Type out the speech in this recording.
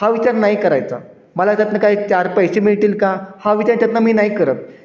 हा विचार नाही करायचा मला त्यातनं काही चार पैसे मिळतील का हा विचार त्यातनं मी नाही करत